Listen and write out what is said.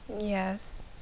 Yes